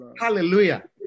Hallelujah